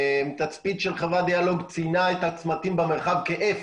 תצפית של חברת דיאלוג ציינה את הצמתים במרחב כ-F,